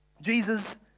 Jesus